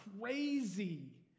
crazy